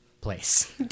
place